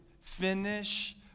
Finish